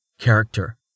Character